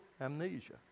amnesia